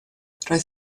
roedd